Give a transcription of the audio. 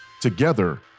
Together